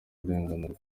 kurenganurwa